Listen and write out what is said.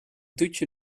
toetje